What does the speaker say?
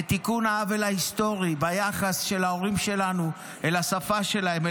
לתיקון העוול ההיסטורי ביחס של ההורים שלנו אל השפה שלהם,